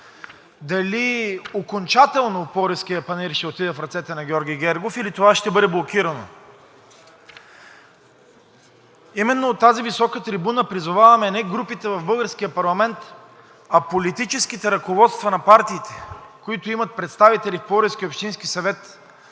дали окончателно Пловдивският панаир ще отиде в ръцете на Георги Гергов, или това ще бъде блокирано. Именно от тази висока трибуна призоваваме не групите в българския парламент, а политическите ръководства на партиите, които имат представители в Пловдивския общински съвет,